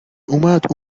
اومد